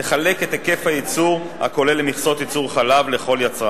תחלק את היקף הייצור הכולל למכסות ייצור חלב לכל יצרן.